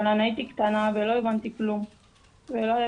אבל אני הייתי קטנה ולא הבנתי כלום ולא היה